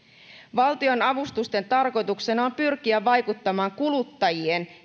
valtionavustusten tarkoituksena on pyrkiä vaikuttamaan kuluttajien